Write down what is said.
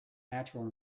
natural